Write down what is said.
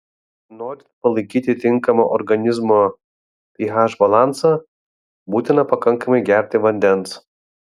norint palaikyti tinkamą organizmo ph balansą būtina pakankamai gerti vandens